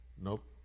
Nope